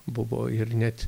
buvo ir net